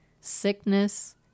sickness